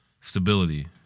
stability